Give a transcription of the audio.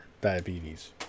diabetes